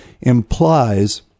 implies